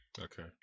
Okay